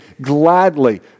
gladly